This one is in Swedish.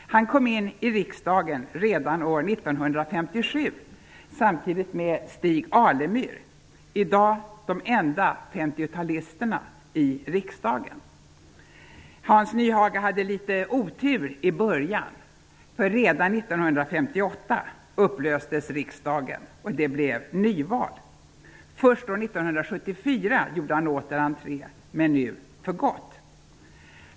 Han kom in i riksdagen redan år 1957, samtidigt som Stig Alemyr -- i dag de enda femtiotalisterna i riksdagen. Hans Nyhage hade litet otur i början. Redan 1958 upplöstes riksdagen och det blev nyval. Först år 1974 gjorde han åter entré, men nu för gott.